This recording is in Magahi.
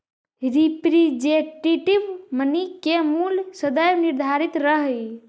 रिप्रेजेंटेटिव मनी के मूल्य सदैव निर्धारित रहऽ हई